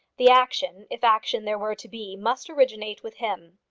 the action, if action there were to be, must originate with him.